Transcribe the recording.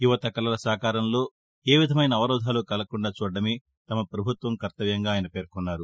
యువత కలల సాకారంలో ఏ విధమైన అవరోధాలు కలగకుండా చూడటమే తమ ప్రభుత్వం కర్తవ్యంగా ఆయన పేర్కొన్నారు